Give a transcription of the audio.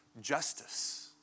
justice